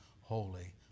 holy